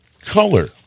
color